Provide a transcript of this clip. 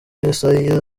yesaya